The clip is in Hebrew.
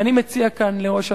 ואני מציע כאן לראש הממשלה: